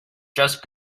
just